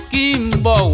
Kimbo